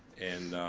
and